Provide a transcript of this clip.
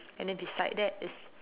and then beside that is